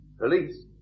Police